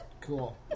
cool